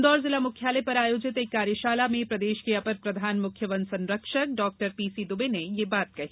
इंदौर जिला मुख्यालय पर आयोजित एक कार्यशाला में प्रदेश के अपर प्रधान मुख्य वन संरक्षक डॉ पीसी दुबे ने यह बात कही